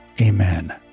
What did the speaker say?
amen